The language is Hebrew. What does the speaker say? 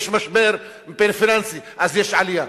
יש משבר פיננסי, אז יש עלייה.